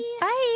Bye